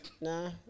Nah